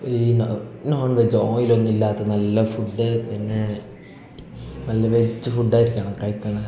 ഈ no non veg oil ഒന്നും ഇല്ലാത്ത നല്ല ഫുഡ് പിന്നെ നല്ല വെജ് ഫുഡ്ഡായിരിക്കണം കഴിക്കണത്